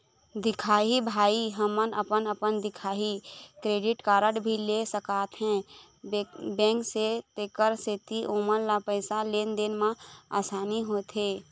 दिखाही भाई हमन अपन अपन दिखाही क्रेडिट कारड भी ले सकाथे बैंक से तेकर सेंथी ओमन ला पैसा लेन देन मा आसानी होथे?